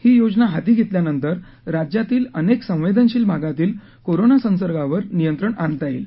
ही योजना हाती घेतल्यानंतर राज्यातील अनेक संवेदनशील भागातील कोरोना संसर्गावर नियंत्रण आणता येईल